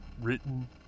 Written